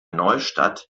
neustadt